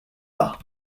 bas